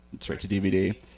straight-to-DVD